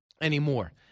anymore